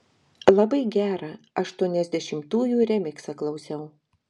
labai gerą aštuoniasdešimtųjų remiksą klausiau